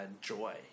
joy